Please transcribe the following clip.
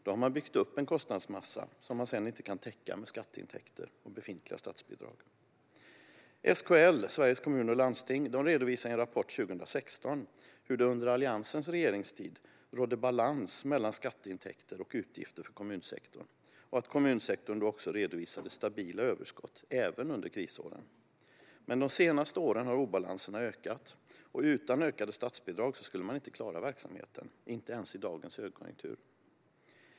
Då har man byggt upp en kostnadsmassa som man sedan inte kan täcka med skatteintäkter och befintliga statsbidrag. SKL, Sveriges Kommuner och Landsting, redovisade i en rapport 2016 hur det under Alliansens regeringstid rådde balans mellan skatteintäkter och utgifter för kommunsektorn och att kommunsektorn då också redovisade stabila överskott, även under krisåren. Men de senaste åren har obalanserna ökat. Utan ökade statsbidrag skulle man inte klara verksamheten, inte ens i dagens högkonjunktur.